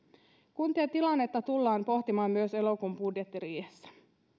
kuntien tilannetta tullaan pohtimaan myös elokuun budjettiriihessä